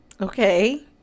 Okay